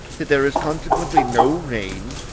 that there is consequently no rain,